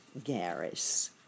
Garris